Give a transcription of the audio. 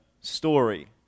story